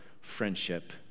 friendship